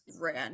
ran